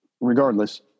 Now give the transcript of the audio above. regardless